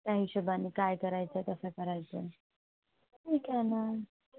त्या हिशोबानी काय करायचं कसं करायचं ठीक आहे ना